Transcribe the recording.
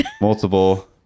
multiple